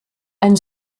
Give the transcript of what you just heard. ein